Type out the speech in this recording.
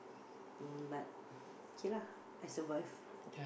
uh but okay lah I survive